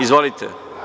Izvolite.